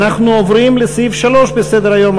אנחנו עוברים לסעיף 3 בסדר-היום,